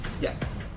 Yes